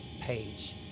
page